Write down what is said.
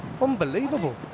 Unbelievable